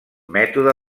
mètode